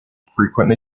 frequently